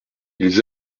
ils